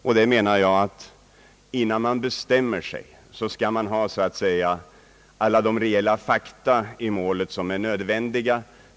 Jag menar att innan man bestämmer sig skall man känna alla de reella fakta i målet som är nödvändiga.